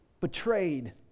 betrayed